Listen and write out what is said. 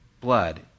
blood